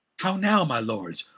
how now my lords?